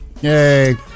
Yay